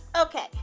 Okay